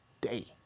day